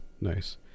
nice